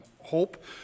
hope